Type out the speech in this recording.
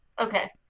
okay